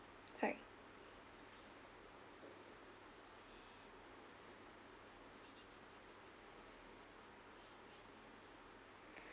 sorry